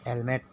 helmet